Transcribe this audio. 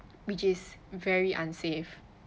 which is very unsafe